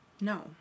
No